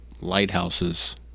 lighthouses